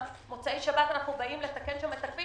מוצאי שבת אנחנו באים לתקן שם את הכביש